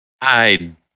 I